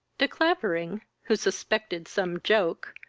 de clavering, who suspected some joke,